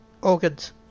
organs